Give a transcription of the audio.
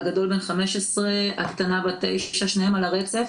הגדול בן 15 הקטנה בת 9, שניהם על הרצף.